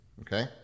okay